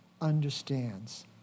understands